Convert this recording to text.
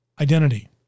Identity